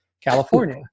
California